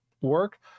work